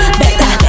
better